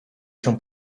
się